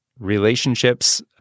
relationships